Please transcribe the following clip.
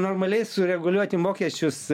normaliai sureguliuoti mokesčius